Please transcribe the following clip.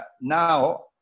now